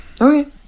Okay